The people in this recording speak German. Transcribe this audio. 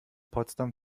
potsdam